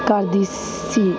ਕਰਦੀ ਸੀ